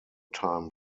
time